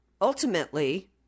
Ultimately